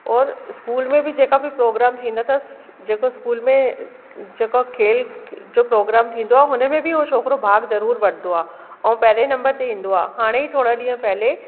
और स्कूल में बि जेका बि प्रोग्राम थींदो अथस जेको स्कूल में जेका खेल जो प्रोग्राम थींदो आहे हुनमें बि हुओ छोकिरो भाग जरूर वठंदो आहे ऐं पहिरों नंबर ते ईंदो आहे हाणे ई थोरा ॾींहं पहले